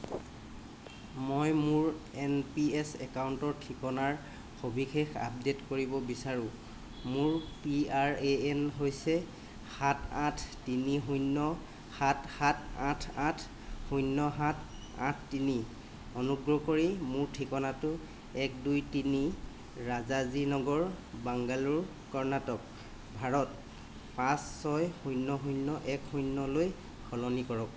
মই মোৰ N P S একাউণ্টৰ ঠিকনাৰ সবিশেষ আপডেট কৰিব বিচাৰোঁ মোৰ পি আৰ এ এন হৈছে সাত আঠ তিনি শূন্য সাত সাত আঠ আঠ শূন্য সাত আঠ তিনি অনুগ্ৰহ কৰি মোৰ ঠিকনাটো এক দুই তিনি ৰাজাজী নগৰ বাংগালোৰ কৰ্ণাটক ভাৰত পাঁচ ছয় শূন্য শূন্য এক শূন্যলৈ সলনি কৰক